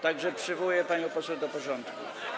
Tak że przywołuję panią poseł do porządku.